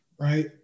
right